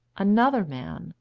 another man,